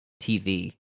tv